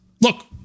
Look